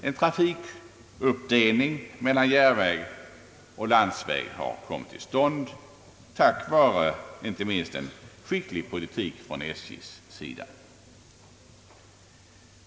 En trafikuppdelning mellan järnväg och landsväg har kommit till stånd tack vare inte minst en skicklig politik från SJ:s sida.